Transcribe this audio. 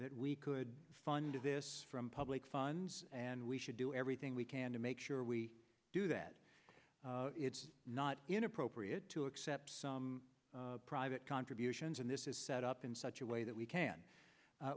that we could fund of this from public funds and we should do everything we can to make sure we do that it's not inappropriate to accept private contributions and this is set up in such a way that we can